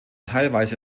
teilweise